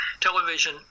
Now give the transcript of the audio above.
television